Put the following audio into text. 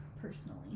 personally